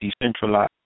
decentralized